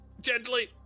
Gently